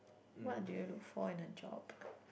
what do you look for in a job